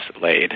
laid